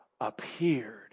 appeared